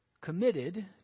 committed